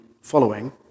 following